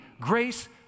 Grace